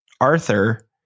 Arthur